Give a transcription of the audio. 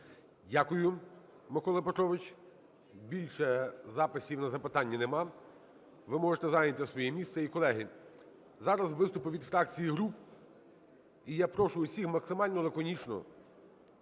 Дякую, Микола Петрович. Більше записів на запитання нема, ви можете зайняти своє місце.